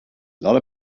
lot